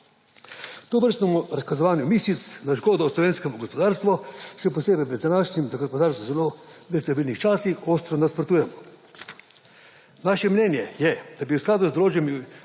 Tovrstnemu razkazovanju mišic na škodo slovenskega gospodarstva, še posebej v današnjih za gospodarstvo zelo nestabilnih časih, ostro nasprotujemo. Naše mnenje je, da bi v skladu z določbami